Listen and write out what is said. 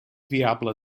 viable